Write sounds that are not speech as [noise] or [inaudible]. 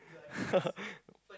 [laughs]